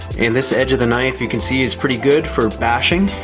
and this edge of the knife, you can see is pretty good for bashing.